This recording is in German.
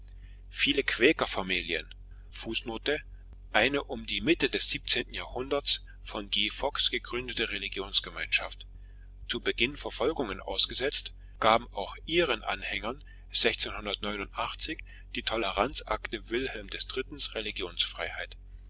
viele quäkerfamilien fußnote eine um die mitte des siebzehnten jahrhunderts vom g fox gegründete religionsgemeinschaft zu beginn verfolgungen ausgesetzt gaben auch ihren anhängern die toleranzakte wilhelm iii